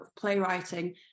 playwriting